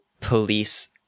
police